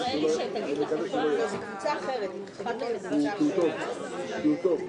הוא לא מתחמק.